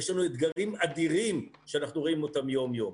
יש לנו אתגרים אדירים שאנחנו רואים אותם יום יום.